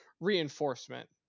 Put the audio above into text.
reinforcement